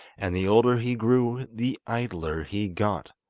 and the older he grew the idler he got.